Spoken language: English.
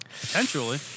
Potentially